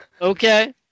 Okay